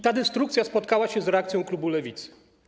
Ta destrukcja spotkała się z reakcją klubu Lewicy.